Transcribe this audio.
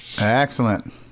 Excellent